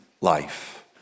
life